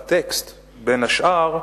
בטקסט, בין השאר,